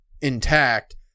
intact